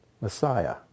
Messiah